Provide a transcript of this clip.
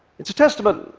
it's a testament,